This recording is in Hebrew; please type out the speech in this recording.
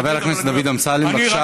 חבר הכנסת דוד אמסלם, בבקשה.